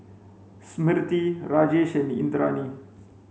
Smriti Rajesh and Indranee